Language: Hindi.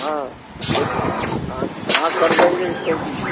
हाँ हाँ हाँ कर देंगे क्योंकि